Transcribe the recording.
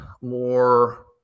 more